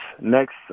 next